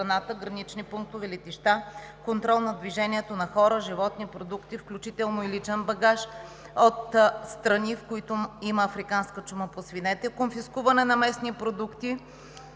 гранични пунктове, летища; контрол на движението на хора, животни и продукти, включително и личен багаж от страни, в които има африканска чума по свинете; конфискуване на местни продукти;